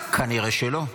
כנראה שלא.